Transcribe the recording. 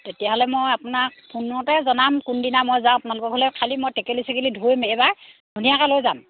তেতিয়াহ'লে মই আপোনাক ফোনতে জনাম কোনদিনা মই যাওঁ আপোনালোকৰ ঘৰলৈ খালী মই টকেলি চেকেলি ধুম এইবাৰ ধুনীয়াকৈ লৈ যাম